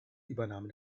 übernahme